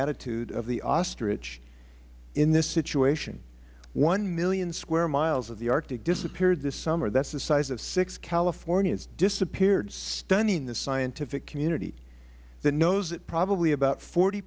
attitude of the ostrich in this situation one million square miles of the arctic disappeared this summer that is the size of six californias disappeared stunning the scientific community the news that probably about forty